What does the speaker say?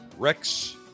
Rex